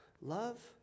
love